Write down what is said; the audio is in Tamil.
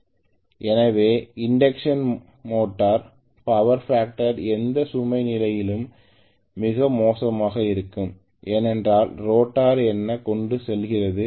ஸ்லைடு நேரம் 0851 ஐப் பார்க்கவும் எனவே இண்டக்க்ஷன் மோட்டார் பவர் ஃபேக்டர் எந்த சுமை நிலையிலும் மிகவும் மோசமாக இருக்கும் ஏனென்றால் ரோட்டார் என்ன கொண்டு செல்கிறது